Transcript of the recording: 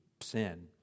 sin